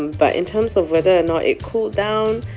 but in terms of whether or not it cooled down,